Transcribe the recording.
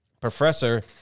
professor